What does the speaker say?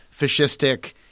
fascistic